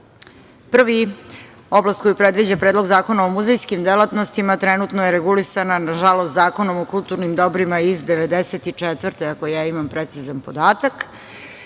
oblast koju predviđa Predlog zakona o muzejskim delatnostima, trenutno je regulisana, nažalost, Zakonom o kulturnim dobrima iz 1994. godine, ako ja imam precizan podatak,